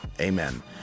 Amen